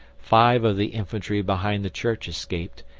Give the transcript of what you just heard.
five of the infantry behind the church escaped,